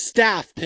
Staff